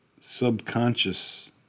subconscious